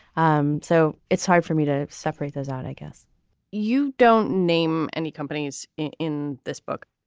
um so it's hard for me to separate those out i guess you don't name any companies in this book.